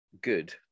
good